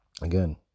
again